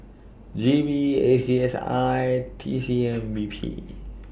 G V A C S I T C M P B